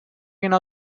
genau